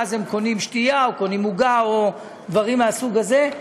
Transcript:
ואז הם קונים שתייה או קונים עוגה או דברים מהסוג הזה.